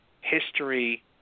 history